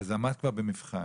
אז עמדת כבר במבחן.